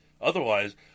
Otherwise